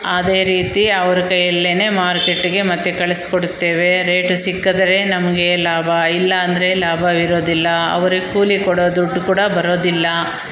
ಅದೇ ರೀತಿ ಅವರ ಕೈಯಲ್ಲೇ ಮಾರ್ಕೆಟ್ಟಿಗೆ ಮತ್ತೆ ಕಳ್ಸ್ಕೊಡ್ತೇವೆ ರೇಟ್ ಸಿಕ್ಕಿದ್ರೆ ನಮಗೆ ಲಾಭ ಇಲ್ಲ ಅಂದರೆ ಲಾಭವಿರೋದಿಲ್ಲ ಅವ್ರಿಗೆ ಕೂಲಿ ಕೊಡೋ ದುಡ್ಡು ಕೂಡ ಬರೋದಿಲ್ಲ